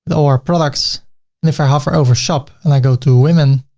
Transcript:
or products and if i hover over shop and i go to women,